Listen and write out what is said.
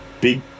big